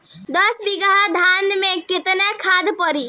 दस बिघा धान मे केतना खाद परी?